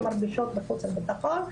ומרגישות בחוסר ביטחון,